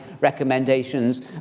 recommendations